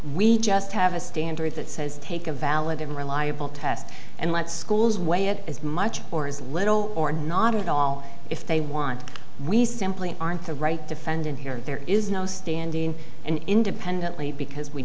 we just have a standard that says take a valid and reliable test and let schools weigh it as much or as little or not at all if they want we simply aren't the right defendant here there is no standing and independently because we